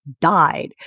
died